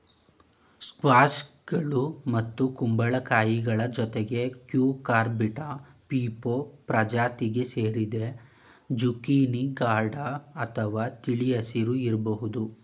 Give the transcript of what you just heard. ಸ್ಕ್ವಾಷ್ಗಳು ಮತ್ತು ಕುಂಬಳಕಾಯಿಗಳ ಜೊತೆಗೆ ಕ್ಯೂಕರ್ಬಿಟಾ ಪೀಪೊ ಪ್ರಜಾತಿಗೆ ಸೇರಿದೆ ಜುಕೀನಿ ಗಾಢ ಅಥವಾ ತಿಳಿ ಹಸಿರು ಇರ್ಬೋದು